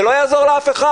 זה לא יעזור לאף אחד.